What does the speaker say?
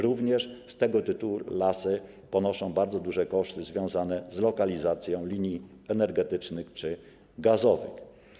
Również z tego tytułu lasy ponoszą bardzo duże koszty związane z lokalizacją linii energetycznych czy gazowych.